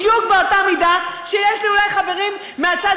בדיוק באותה מידה שיש לי אולי חברים מהצד